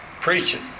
preaching